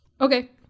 Okay